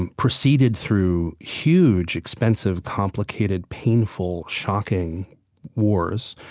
and preceded through huge expensive complicated painful shocking wars,